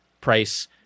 price